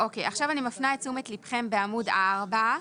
אני מפנה את תשומת ליבכם, בעמוד 4,